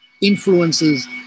influences